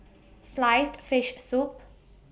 Sliced Fish Soup